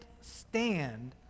stand